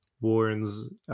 warns